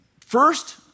First